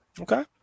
Okay